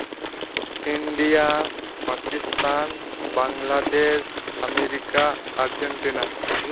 India Pakistan Bangladesh America Argentina